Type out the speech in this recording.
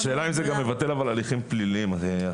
אבל, השאלה אם זה גם מבטל הליכים פליליים, השרה.